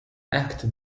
act